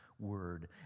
Word